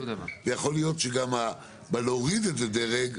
ויכול להיות שגם בלהוריד את זה דרג,